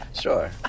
Sure